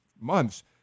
months